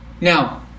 Now